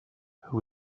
who